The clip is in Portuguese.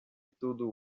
tudo